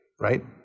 right